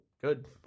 Good